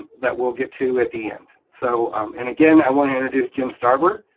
that we'll get to at the end. so and again, i wanna introduce jim starbard.